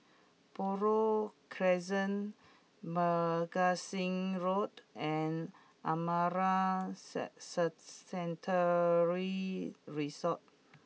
Buroh Crescent Magazine Road and Amara set set Sanctuary Resort